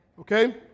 Okay